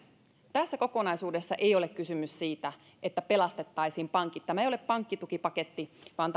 tässä kokonaisuudessa ei ole kysymys siitä että pelastettaisiin pankit tämä ei ole pankkitukipaketti vaan